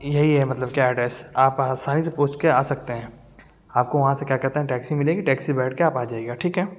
یہی ہے مطلب کہ ایڈریس آپ آسانی سے پوچھ کے آ سکتے ہیں آپ کو وہاں سے کیا کہتے ہیں ٹیکسی ملے گی ٹیکسی پہ بیٹھ کے آپ آ جائیے گا ٹھیک ہے